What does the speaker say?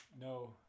No